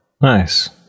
Nice